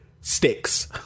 Sticks